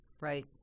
Right